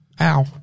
Ow